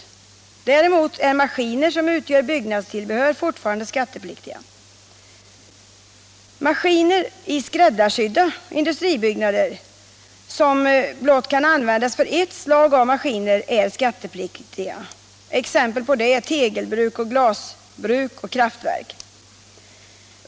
Däremot är maskiner som utgör byggnadstillbehör fortfarande skattepliktiga. Maskiner i ”skräddarsydda” industribyggnader vilka blott kan användas för ett slag av maskiner är skattepliktiga. Exempel på sådana byggnader är tegelbruk, glasbruk och kraftverk.